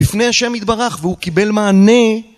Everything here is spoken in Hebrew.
לפני השם יתברך והוא קיבל מענה